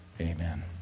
Amen